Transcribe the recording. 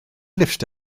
lifft